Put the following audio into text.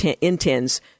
intends